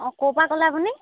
অঁ ক'ৰপৰা ক'লে আপুনি